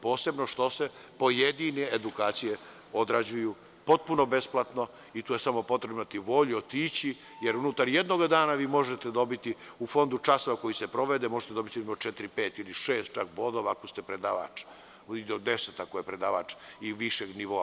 Posebno što se pojedine edukacije odrađuju potpuno besplatno i to je samo potrebno imati volju otići, jer unutar jednog dana možete dobiti u fondu časova koji se provede, možete dobiti četiri pet ili šest bodova ako ste predavač, ili 10 ako je predavač višeg nivoa.